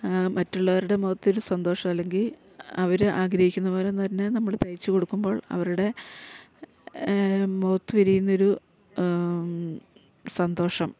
മറ്റുള്ളവരുടെ മുഖത്തൊരു സന്തോഷം അല്ലെങ്കിൽ അവര് ആഗ്രഹിക്കുന്ന പോലെ തന്നെ നമ്മള് തയ്ച്ച് കൊടുക്കുമ്പോൾ അവരുടെ മുഖത്ത് വിരിയുന്നൊരു സന്തോഷം